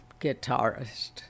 guitarist